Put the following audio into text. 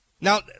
Now